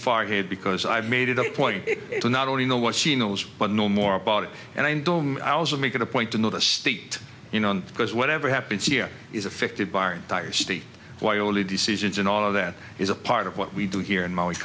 far ahead because i've made it a point to not only know what she knows but know more about it and i don't i also make it a point to know the state you know because whatever happens here is affected by our entire state why only decisions and all of that is a part of what we do here in mal